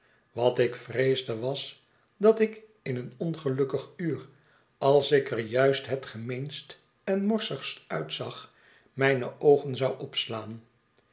wat ik vreesde was dat ik in een ongelukkig uur als ik er juist het gemeenst en morsigst uitzag mijne oogen zou opslaan